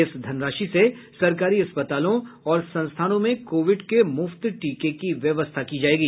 इस धनराशि से सरकारी अस्पतालों और संस्थानों में कोविड के मुफ्त टीके की व्यवस्था की जायेगी